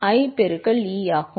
நியாயமான போதும்